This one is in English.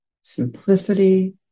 simplicity